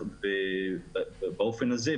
באופן הזה,